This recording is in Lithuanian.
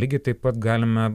lygiai taip pat galime